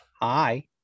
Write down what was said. Hi